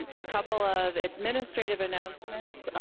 a couple of administrative announcements,